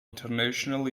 international